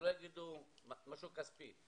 שלא יגידו משהו כספי.